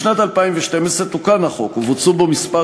בשנת 2012 תוקן החוק ובוצעו בו כמה